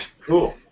cool